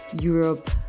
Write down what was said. europe